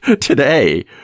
today